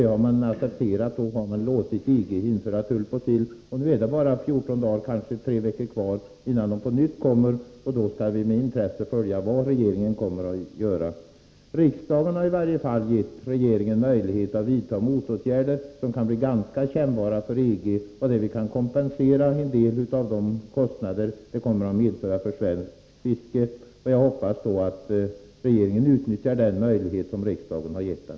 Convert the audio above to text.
Det har regeringen accepterat och låtit EG införa tull på sill. Nu är det bara fjorton dagar, kanske tre veckor, kvar innan EG på nytt vill införa tull. Vi skall med intresse följa vad regeringen då kommer att göra. Riksdagen har gett regeringen möjlighet att vidta motåtgärder, som kan bli ganska kännbara för EG och med vilka vi kan kompensera oss för en del av de kostnader tullbeläggningen kommer att medföra för svenskt fiske. Jag hoppas att regeringen utnyttjar den möjlighet som riksdagen har gett den.